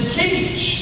teach